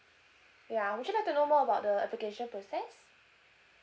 ya would you like to know more about the application process